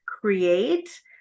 create